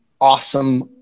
awesome